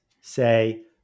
say